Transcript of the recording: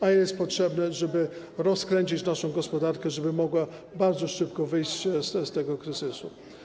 A są one potrzebne, żeby rozkręcić naszą gospodarkę, żeby mogła bardzo szybko wyjść z tego kryzysu.